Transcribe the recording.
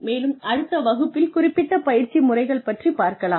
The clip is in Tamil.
மேலும் அடுத்த வகுப்பில் குறிப்பிட்ட பயிற்சி முறைகள் பற்றி பார்க்கலாம்